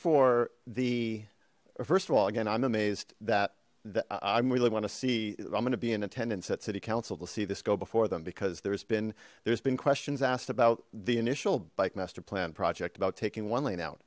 for the first of all again i'm amazed that i'm really want to see i'm going to be attendance at city council will see this go before them because there's been there's been questions asked about the initial bike master plan project about taking one lane out